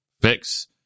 fix